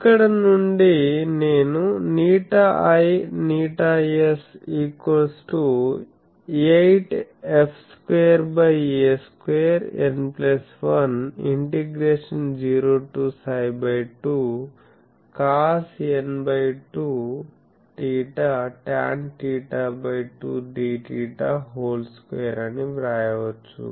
ఇక్కడ నుండి నేను ηi ηs 8f2a2 n1∫ 0 to ψ2 cosn2θ tanθ2 dθ2 అని వ్రాయవచ్చు